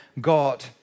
God